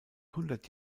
hundert